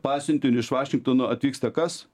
pasiuntiniu iš vašingtono atvyksta kas